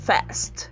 Fast